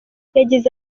yagize